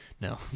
No